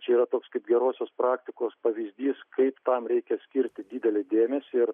čia yra toks kaip gerosios praktikos pavyzdys kaip tam reikia skirti didelį dėmesį ir